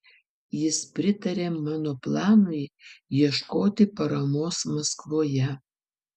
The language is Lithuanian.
jis pritarė mano planui ieškoti paramos maskvoje